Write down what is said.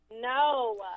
No